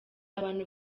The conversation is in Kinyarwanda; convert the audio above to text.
abantu